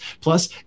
Plus